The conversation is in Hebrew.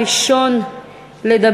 הצעות לסדר-היום מס' 279,